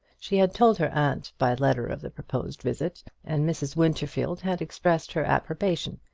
she had told her aunt by letter of the proposed visit, and mrs. winterfield had expressed her approbation,